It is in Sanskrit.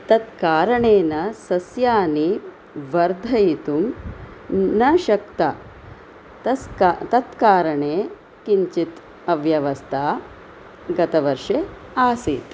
तत्कारणेन सस्यानि वर्धयितुं न शक्ता तत्कारणेन किञ्चित् अव्यवस्था गतवर्षे आसीत्